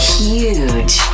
huge